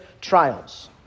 trials